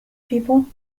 people